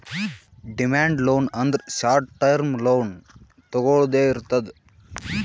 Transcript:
demand loan ಅಂದ್ರ short term loan ತೊಗೊಳ್ದೆ ಇರ್ತದ್